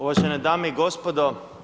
Uvažene dame i gospodo.